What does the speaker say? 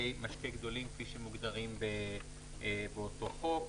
משקה גדולים כפי שמוגדרים באותו חוק.